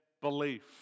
belief